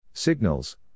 Signals